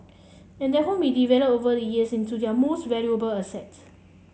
and that home we developed over the years into their most valuable asset